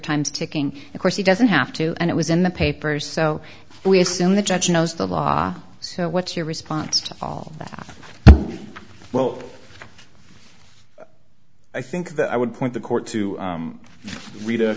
time's ticking of course he doesn't have to and it was in the papers so we assume the judge knows the law so what's your response to that well i think that i would point the court to read